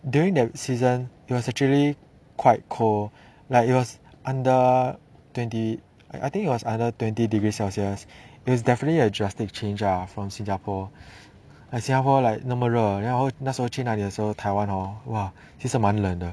during the season it was actually quite cold like it was under twenty I think it was under twenty degrees celsius is definitely a drastic change ah from 新加坡新加坡 like 那么热然后那时候去那里的时候台湾 hor !wah! 其实蛮冷的